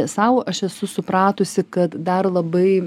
sau aš esu supratusi kad dar labai